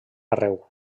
arreu